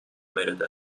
omitted